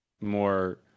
more